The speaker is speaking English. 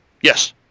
Yes